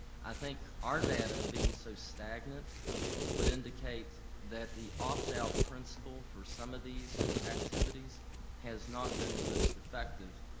i think our data being so stagnant would indicate that the opt-out principle for some of these activities has not been the most effective.